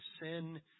sin